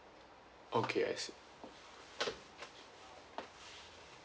okay I see